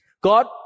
God